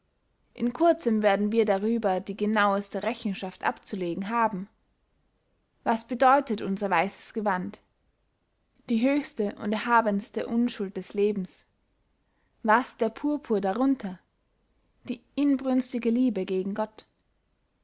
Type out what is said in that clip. in kurzem werden wir darüber die genauste rechenschaft abzulegen haben was bedeutet unser weisses gewand die höchste und erhabenste unschuld des lebens was der purpur darunter die inbrünstige liebe gegen gott